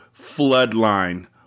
Floodline